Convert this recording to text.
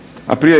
Hvala